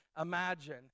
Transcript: imagine